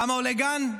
כמה עולה גן?